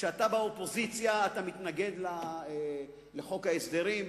כשאתה באופוזיציה אתה מתנגד לחוק ההסדרים,